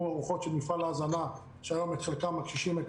ארוחות של מפעל ההזנה שאת חלקן הקשישים מקבלים היום,